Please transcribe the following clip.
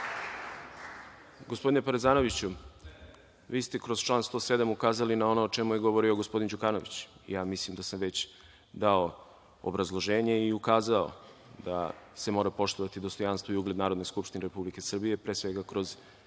Gospodine Parezanoviću, vi ste kroz član 107. ukazali na ono o čemu je govorio gospodin Đukanović. Ja mislim da sam već dao obrazloženje i ukazao da se mora poštovati dostojanstvo i ugled Narodne skupštine Republike Srbije, pre svega, kroz